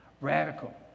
radical